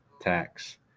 tax